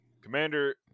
Commander